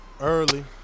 Early